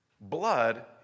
Blood